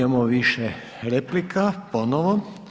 Imamo više replika ponovo.